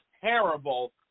terrible